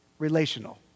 relational